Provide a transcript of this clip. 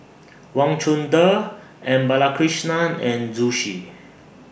Wang Chunde M Balakrishnan and Zhu Xu